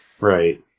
Right